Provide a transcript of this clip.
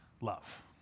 love